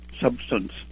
substance